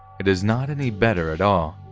it is not any better at all.